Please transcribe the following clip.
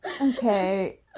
Okay